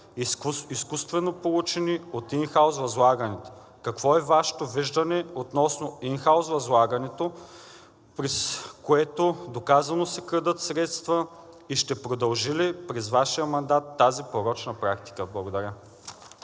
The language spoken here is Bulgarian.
изкуствено получени от ин хаус възлагането? Какво е Вашето виждане относно ин хаус възлагането, през което доказано се крадат средства, и ще продължи ли през Вашия мандат тази порочна практика? Благодаря.